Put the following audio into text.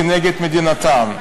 כנגד מדינתם.